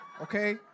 okay